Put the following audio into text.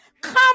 come